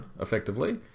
effectively